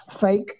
fake